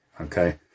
Okay